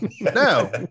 no